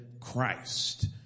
Christ